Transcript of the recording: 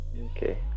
Okay